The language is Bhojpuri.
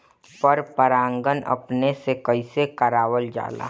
पर परागण अपने से कइसे करावल जाला?